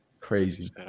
Crazy